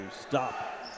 stop